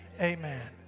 Amen